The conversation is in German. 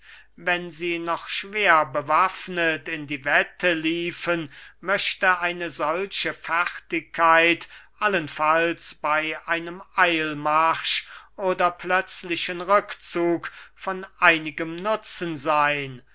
wenn sie noch schwerbewaffnet in die wette liefen möchte eine solche fertigkeit allenfalls bey einem eilmarsch oder plötzlichen rückzug von einigem nutzen seyn